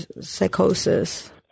psychosis